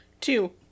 Two